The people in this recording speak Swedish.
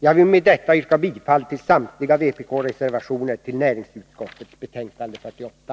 Jag vill med detta yrka bifall till samtliga vpk-reservationer som är fogade till näringsutskottets betänkande 48.